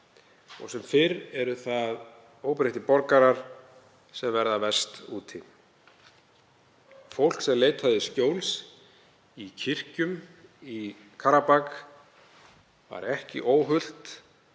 og sem fyrr eru það óbreyttir borgarar sem verða verst úti. Fólk sem leitaði skjóls í kirkjum í Karabakh var ekki óhult